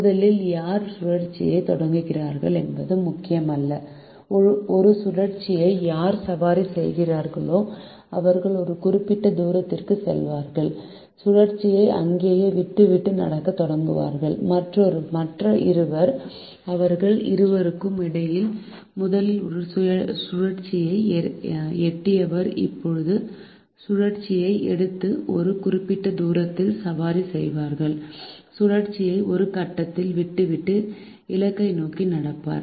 முதலில் யார் சுழற்சியைத் தொடங்குகிறார்கள் என்பது முக்கியமல்ல ஒரு சுழற்சியை யார் சவாரி செய்கிறார்களோ அவர்கள் ஒரு குறிப்பிட்ட தூரத்திற்குச் செல்வார்கள் சுழற்சியை அங்கேயே விட்டுவிட்டு நடக்கத் தொடங்குவார்கள் மற்ற இருவர் அவர்கள் இருவருக்கும் இடையில் முதலில் ஒரு சுழற்சியை எட்டியவர் இப்போது சுழற்சியை எடுத்து ஒரு குறிப்பிட்ட தூரத்தில் சவாரி செய்வார் சுழற்சியை ஒரு கட்டத்தில் விட்டுவிட்டு இலக்கை நோக்கி நடப்பார்